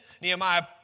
Nehemiah